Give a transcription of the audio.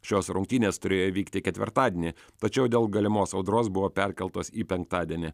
šios rungtynės turėjo įvykti ketvirtadienį tačiau dėl galimos audros buvo perkeltos į penktadienį